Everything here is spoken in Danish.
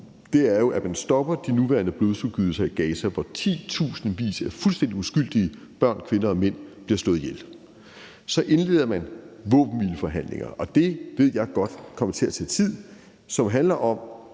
– er jo, at man stopper de nuværende blodsudgydelser i Gaza, hvor titusindvis af fuldstændig uskyldige børn, kvinder og mænd bliver slået ihjel. Så indleder man våbenhvileforhandlinger – og det ved jeg godt kommer til at tage tid – som handler om